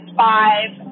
five